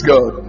God